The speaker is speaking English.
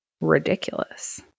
ridiculous